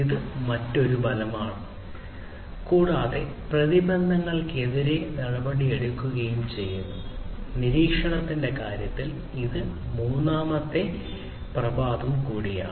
ഇത് മറ്റൊരു ഫലമാണ് കൂടാതെ പ്രതിബന്ധങ്ങൾക്കെതിരെ നടപടിയെടുക്കുകയും ചെയ്യുന്നു നിരീക്ഷണത്തിന്റെ കാര്യത്തിൽ ഇത് മൂന്നാമത്തെ പ്രഭാവം കൂടിയാണ്